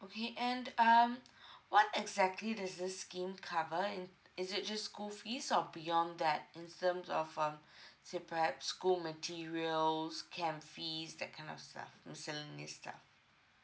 okay and um what exactly does this scheme cover and is it just school fees or beyond that in terms of um say perhaps school materials camp fees that kind of stuff miscellaneous stuff